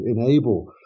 enable